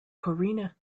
corrina